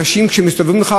עם האנשים שמסתובבים לך,